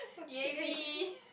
ya me